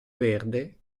verde